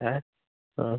ഏഹ് ആ